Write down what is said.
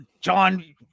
John